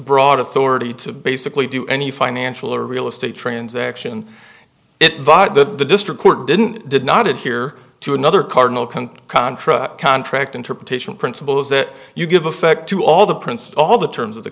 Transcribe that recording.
broad authority to basically do any financial or real estate transaction it bought the district court didn't did not adhere to other cardinal can contra contract interpretation principle is that you give effect to all the princes all the terms of the